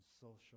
social